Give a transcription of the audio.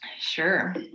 Sure